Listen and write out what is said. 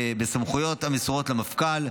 בסמכויות המסורות למפכ"ל,